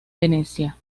venecia